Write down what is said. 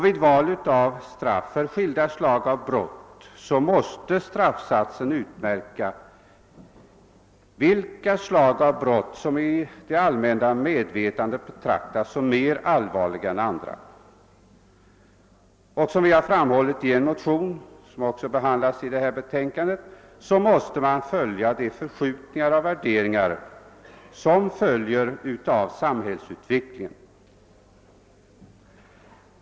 Vid valet av straff för skilda slag av brott måste straffsatsen utmärka vilka slag av brott som i det allmänna rättsmedvetandet betraktas som mer allvarliga än andra. Som vi framhållit i en av de motioner som behandlas i detta utlåtande måste man följa de förskjutningar och värderingar som betingas av samhällsutvecklingen.